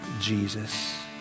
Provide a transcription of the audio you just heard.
Jesus